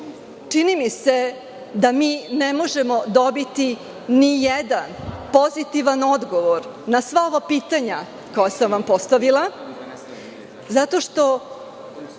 mi se da mi ne možemo dobiti nijedan pozitivan odgovor na sva ova pitanja koja sam vam postavila, zato što